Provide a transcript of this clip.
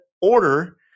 order